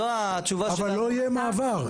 אבל לא יהיה מעבר.